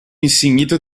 insignito